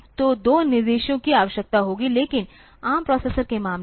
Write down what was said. तो दो निर्देशों की आवश्यकता होगी लेकिन ARM प्रोसेसर के मामले में